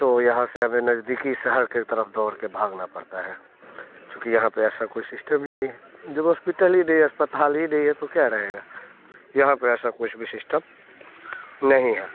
तो यहाँ से हमें नजदीकी शहर के तरफ दौड़ के भागना पड़ता है चूँकि यहाँ पे ऐसा कुछ सिस्टम ही नहीं है जब हॉस्पिटल ही नय है अस्पताल ही नहीं है तो क्या रहेगा यहाँ पे ऐसा कुछ भी सिस्टम नहीं है